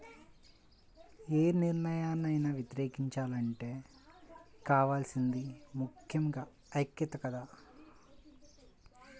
యే నిర్ణయాన్నైనా వ్యతిరేకించాలంటే కావాల్సింది ముక్కెంగా ఐక్యతే కదా